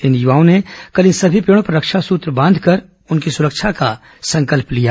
इन युवाओं ने कल इन सभी पेड़ों पर रक्षा सूत्र बांधकर उनकी सुरक्षा का संकल्प लिया